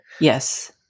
Yes